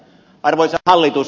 arvoisa hallitus